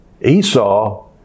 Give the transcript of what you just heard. Esau